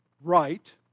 right